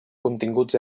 continguts